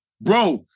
Bro